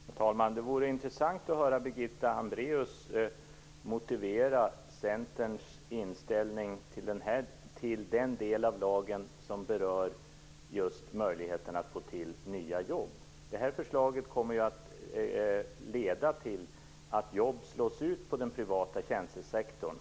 Herr talman! Det vore intressant att höra Birgitta Hambraeus motivera Centerns inställning till den del av lagen som berör just möjligheten att skapa nya jobb. Det här förslaget kommer ju att leda till att jobb slås ut i den privata tjänstesektorn.